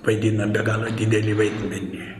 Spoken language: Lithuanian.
vaidina be galo didelį vaidmenį